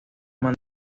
manera